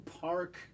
Park